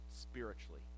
spiritually